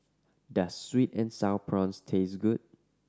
does sweet and Sour Prawns taste good